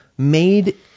made